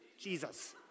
Jesus